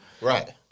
Right